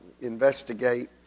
investigate